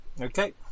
Okay